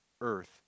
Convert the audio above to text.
earth